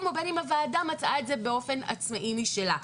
או בין אם הוועדה מצאה את זה באופן עצמאי משלה.